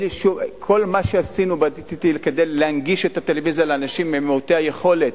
כל מה שעשינו ב-DTT כדי להנגיש את הטלוויזיה לאנשים מעוטי היכולת,